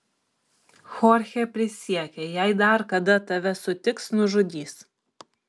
chorchė prisiekė jei dar kada tave sutiks nužudys